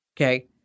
Okay